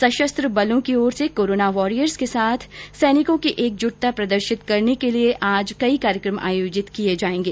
सशस्त्र बलों की ओर से कोरोना वॉरियर्स के साथ सैनिकों की एकजुटता प्रदर्शित करने के लिए आज कई कार्यक्रम आयोजित किये जायेंगे